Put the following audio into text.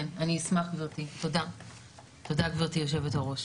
כן, אני אשמח גברתי, תודה גברתי היו"ר.